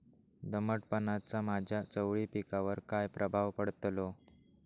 दमटपणाचा माझ्या चवळी पिकावर काय प्रभाव पडतलो?